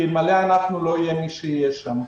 כי אלמלא אנחנו לא יהיה מי שיהיה שם.